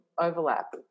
overlap